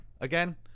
Again